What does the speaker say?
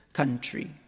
country